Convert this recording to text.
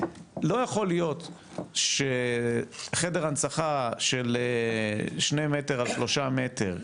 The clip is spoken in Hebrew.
לא יכול להיות שחדר הנצחה של שני מטר על שלושה מטר,